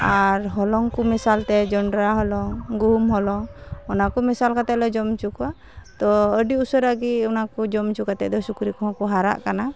ᱟᱨ ᱦᱚᱞᱚᱝᱠᱚ ᱢᱮᱥᱟᱞᱛᱮ ᱡᱚᱱᱰᱨᱟ ᱦᱚᱞᱚᱝ ᱜᱩᱦᱩᱢ ᱦᱚᱞᱚᱝ ᱚᱱᱟᱠᱚ ᱢᱮᱥᱟᱞ ᱠᱟᱛᱮᱫᱞᱮ ᱡᱚᱢᱚᱪᱚ ᱠᱚᱣᱟ ᱛᱳ ᱟᱹᱰᱤ ᱩᱥᱟᱹᱨᱟᱜᱮ ᱚᱱᱟᱠᱚ ᱡᱚᱢᱚᱪᱚ ᱠᱟᱛᱮᱫ ᱫᱚ ᱥᱩᱠᱨᱤᱠᱚᱦᱚᱸ ᱠᱚ ᱦᱟᱨᱟᱜ ᱠᱟᱱᱟ